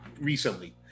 recently